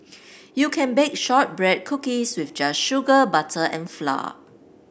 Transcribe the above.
you can bake shortbread cookies with just sugar butter and flour